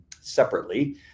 separately